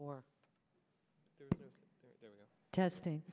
or testing